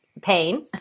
Pain